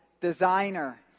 designer